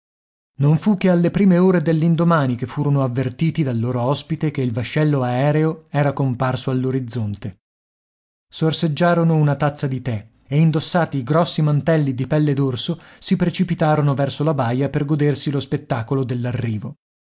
non fu che alle prime ore dell'indomani che furono avvertiti dal loro ospite che il vascello aereo era comparso all'orizzonte sorseggiarono una tazza di tè e indossati i grossi mantelli di pelle d'orso si precipitarono verso la baia per godersi lo spettacolo